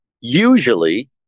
Usually